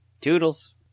toodles